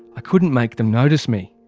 i couldn't make them notice me.